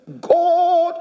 God